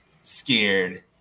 scared